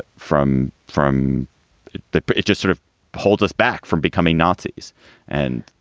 from. from that, but it just sort of holds us back from becoming nazis and.